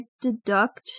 deduct